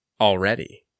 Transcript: already